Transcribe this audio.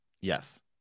yes